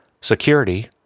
security